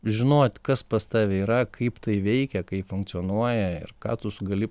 žinot kas pas tave yra kaip tai veikia kaip funkcionuoja ir ką tu gali